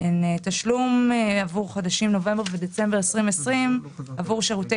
הן תשלום עבור חודשים נובמבר ודצמבר 2020 עבור שירותי